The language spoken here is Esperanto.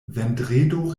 vendredo